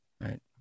Right